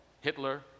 Hitler